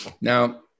Now